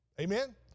Amen